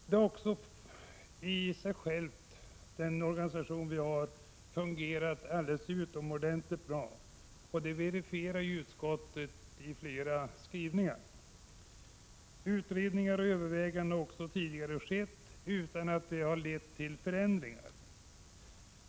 Den organisation som vi har har i sig själv fungerat utomordentligt bra, och det verifierar utskottet i flera skrivningar. Utredningar och överväganden har också tidigare skett utan att det har lett till förändringar.